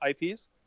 IPs